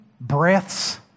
breaths